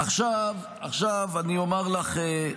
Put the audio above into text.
עכשיו אני אומר לך,